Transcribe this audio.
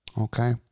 Okay